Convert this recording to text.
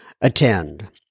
attend